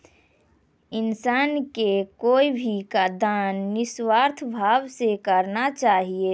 इंसान के कोय भी दान निस्वार्थ भाव से करना चाहियो